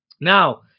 Now